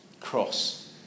cross